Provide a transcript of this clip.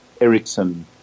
Ericsson